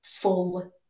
full